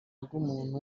bw’umuntu